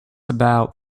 about